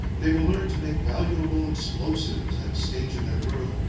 they will learn to make valuable explosives at a stage in their growth,